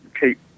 keep